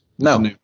No